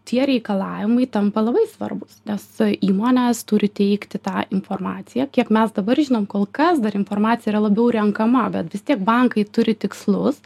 tie reikalavimai tampa labai svarbūs nes įmonės turi teikti tą informaciją kiek mes dabar žinom kol kas dar informacija yra labiau renkama bet vis tiek bankai turi tikslus